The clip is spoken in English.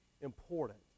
important